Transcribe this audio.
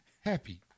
Happy